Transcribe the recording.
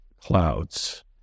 clouds